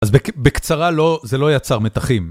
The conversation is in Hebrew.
אז בקצרה לא, זה לא יצר מתחים.